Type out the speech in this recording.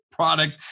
product